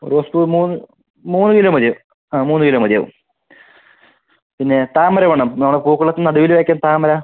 റോസപ്പൂ മൂന്ന് മൂന്ന് കിലോ മതിയോ ആ മൂന്ന് കിലോ മതി ആവും പിന്നെ താമര വേണം നമ്മുടെ പൂക്കളത്ത് നടുവില് വയ്ക്കാൻ താമര